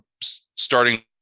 starting